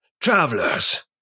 travelers